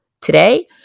today